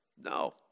No